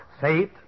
faith